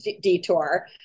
detour